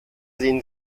sehen